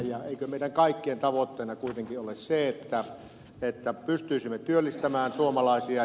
eikö meidän kaikkien tavoitteena kuitenkin ole se että pystyisimme työllistämään suomalaisia